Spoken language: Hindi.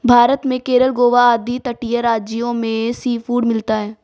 भारत में केरल गोवा आदि तटीय राज्यों में सीफूड मिलता है